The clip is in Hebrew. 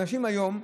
אנשים מעדיפים היום,